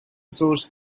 source